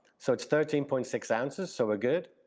so it's thirteen point six ounces, so we're good,